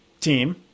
team